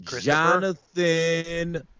Jonathan